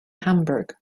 hamburg